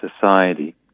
society